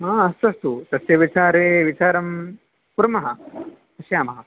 हा अस्तु अस्तु तस्य विचारे विचारं कुर्मः पश्यामः